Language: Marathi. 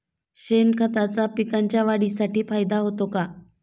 शेणखताचा पिकांच्या वाढीसाठी फायदा होतो का?